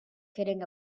kidding